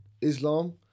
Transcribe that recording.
Islam